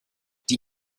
die